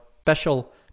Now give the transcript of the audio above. special